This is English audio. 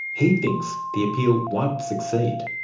he thinks the appeal won't succeed.